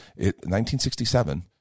1967